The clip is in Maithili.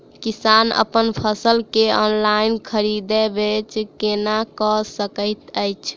किसान अप्पन फसल केँ ऑनलाइन खरीदै बेच केना कऽ सकैत अछि?